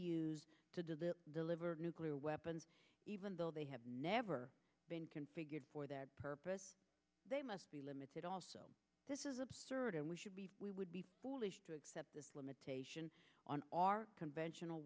deliver delivered nuclear weapons even though they have never been configured for that purpose they must be limited also this is absurd and we should be we would be foolish to accept this limitation on our conventional